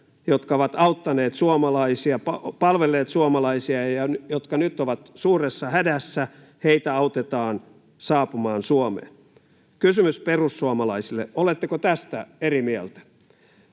jotka ovat auttaneet suomalaisia, palvelleet suomalaisia ja jotka nyt ovat suuressa hädässä, autetaan saapumaan Suomeen. Kysymys perussuomalaisille: oletteko tästä eri mieltä?